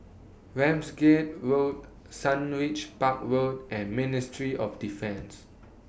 Ramsgate Road Sundridge Park Road and Ministry of Defence